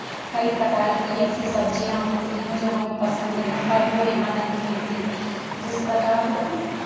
कई प्रकार की ऐसी सब्जियाँ होती हैं जो हमें पसंद हैं पर वो यहाँ नहीं मिलती जिस प्रकार